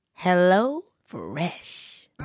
HelloFresh